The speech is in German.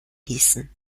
gießen